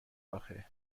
آخه